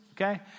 okay